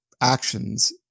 actions